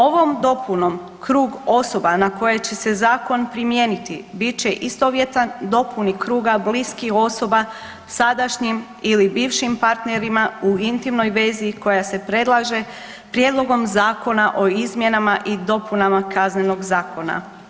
Ovom dopunom krug osoba na koje će se zakon primijeniti bit će istovjetan dopuni kruga bliskih osoba sadašnjim ili bivšim partnerima u intimnoj vezi koja se predlaže Prijedlogom zakona o izmjenama i dopunama Kaznenog zakona.